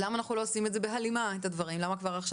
למה אנחנו לא עושים את הדברים בהלימה?